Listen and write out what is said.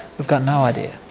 we've got no idea.